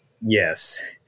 Yes